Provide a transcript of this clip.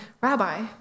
Rabbi